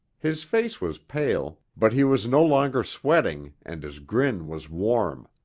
his face was pale, but he was no longer sweating and his grin was warm.